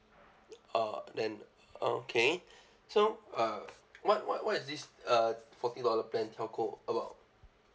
oh then okay so uh what what what is this uh forty dollar plan telco about